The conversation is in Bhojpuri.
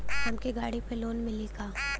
हमके गाड़ी पर लोन मिली का?